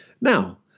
Now